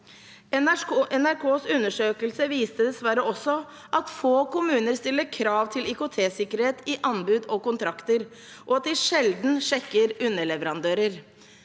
NRKs undersøkelse viser dessverre også at få kommuner stiller krav til IKT-sikkerhet i anbud og kontrakter, og at de sjelden sjekker underleverandører.